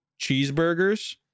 cheeseburgers